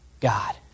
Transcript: God